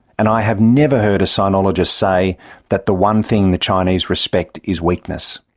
and i have never heard a sinologist say that the one thing the chinese respect is weakness.